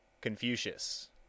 Confucius